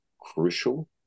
crucial